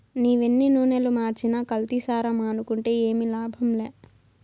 నీవెన్ని నూనలు మార్చినా కల్తీసారా మానుకుంటే ఏమి లాభంలా